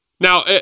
Now